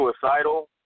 suicidal